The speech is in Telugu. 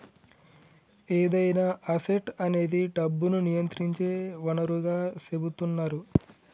ఏదైనా అసెట్ అనేది డబ్బును నియంత్రించే వనరుగా సెపుతున్నరు